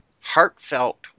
heartfelt